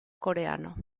coreano